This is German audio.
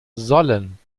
sollen